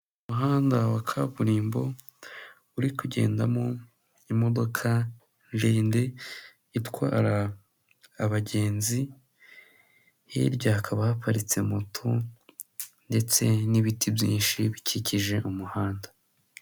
Umuhanda wa kaburimbo uri kugendamo imodoka ndende itwara abagenzi, Hirya hakaba baparitse moto ndetse n'ibiti byinshi bikikije umuhanda.